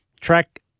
Track